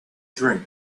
drink